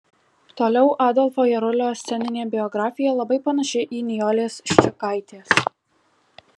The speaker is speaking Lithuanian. toliau adolfo jarulio sceninė biografija labai panaši į nijolės ščiukaitės